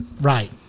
Right